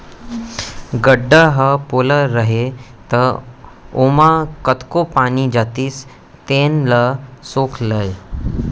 गड्ढ़ा ह पोला रहय त ओमा कतको पानी जातिस तेन ल सोख लय